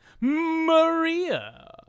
Maria